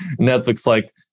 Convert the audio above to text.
Netflix-like